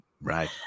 right